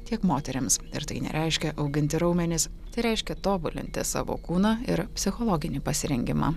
tiek moterims ir tai nereiškia auginti raumenis tai reiškia tobulinti savo kūną ir psichologinį pasirengimą